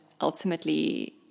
ultimately